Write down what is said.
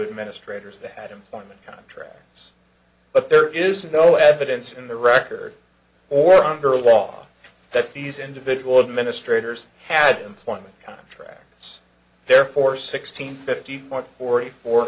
administrator as that employment contracts but there is no evidence in the record or under law that these individual administrators had employment contracts therefore sixteen fifty or forty four